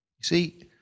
See